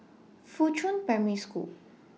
Fuchun Primary School